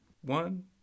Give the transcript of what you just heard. One